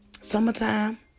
Summertime